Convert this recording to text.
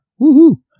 Woohoo